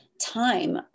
time